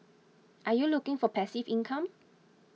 are you looking for passive income